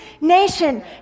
nation